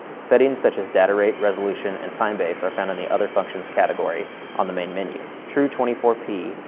settings such as data rate, resolution, and time base are found in the other functions category on the main menu. true twenty four p,